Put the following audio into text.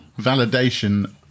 validation